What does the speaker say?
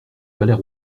palais